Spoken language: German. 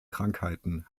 krankheiten